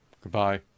Goodbye